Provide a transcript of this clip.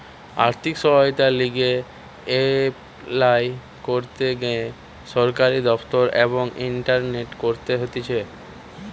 আর্থিক সহায়তার লিগে এপলাই করতে গ্যানে সরকারি দপ্তর এবং ইন্টারনেটে করতে হতিছে